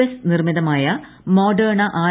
S നിർമ്മിതമായ modern R